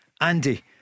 Andy